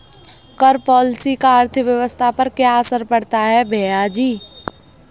कर पॉलिसी का अर्थव्यवस्था पर क्या असर पड़ता है, भैयाजी?